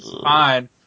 fine